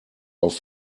auf